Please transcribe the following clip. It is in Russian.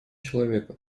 человека